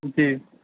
جی